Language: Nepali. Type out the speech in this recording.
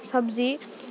सब्जी